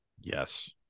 yes